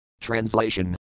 Translation